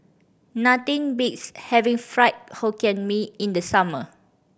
nothing beats having Fried Hokkien Mee in the summer